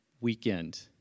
weekend